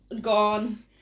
gone